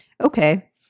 okay